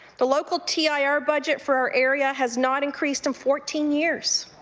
the local tir budget for our area has not increased in fourteen years.